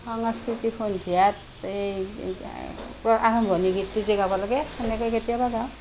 সাংস্কৃতিক সন্ধিয়াত এই আৰম্ভণি গীতটো যে গাব লাগে সেনেকৈ কেতিয়াবা গাওঁ